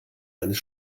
eines